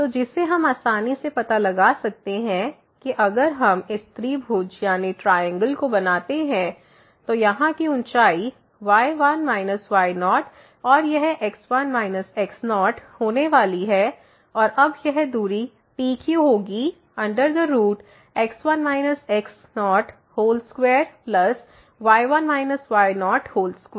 तो जिसे हम आसानी से पता लगा सकते हैं कि अगर हम इस त्रिभुज को बनाते हैं तो यहाँ की ऊँचाई y1 y0 और यह x1 x0 होने वाली हैऔर अब यह दूरी PQ होगीx1 x02y1 y02